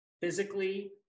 physically